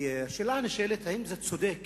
השאלה הנשאלת היא, האם זה צודק